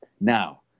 Now